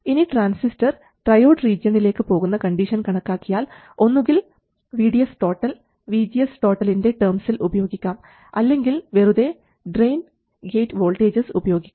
ഇനി transistor triode റീജിയണിലേക്ക് പോകുന്ന കണ്ടീഷൻ കണക്കാക്കിയാൽ ഒന്നുകിൽ VDS VGS ലിൻറെ ടേംസിൽ ഉപയോഗിക്കാം അല്ലെങ്കിൽ വെറുതെ ഡ്രയിൻ ഗേറ്റ് വോൾട്ടേജസ് ഉപയോഗിക്കാം